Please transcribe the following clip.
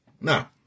now